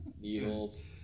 Needles